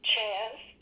Chance